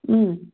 ꯎꯝ